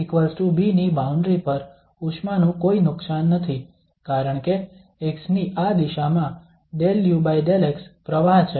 xb ની boundary પર ઉષ્માનું કોઈ નુકસાન નથી કારણ કે x ની આ દિશામાં 𝜕u𝜕x પ્રવાહ છે